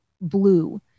blue